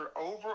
over